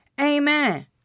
Amen